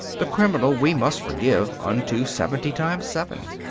the criminal we must forgive unto seventy times seven.